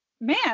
man